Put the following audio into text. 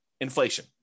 Inflation